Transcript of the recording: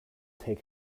take